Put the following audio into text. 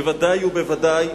בוודאי ובוודאי,